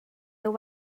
jeu